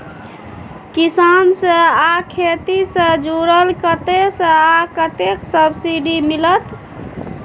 किसान से आ खेती से जुरल कतय से आ कतेक सबसिडी मिलत?